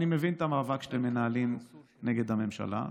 אני מבין את המאבק שאתם מנהלים נגד הממשלה.